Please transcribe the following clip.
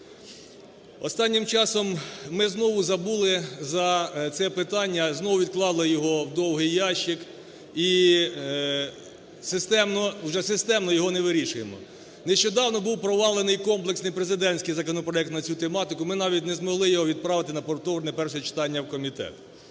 Останнім часом ми знову забули за це питання, знову відклали його в довгий ящик і вже системно його не вирішуємо. Нещодавно був провалений комплексний президентський законопроект на цю тематику. Ми навіть не змогли його відправити на повторне перше читання в комітет.